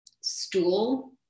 stool